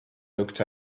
looked